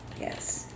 yes